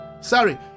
sorry